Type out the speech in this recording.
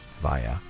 via